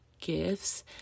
gifts